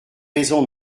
raison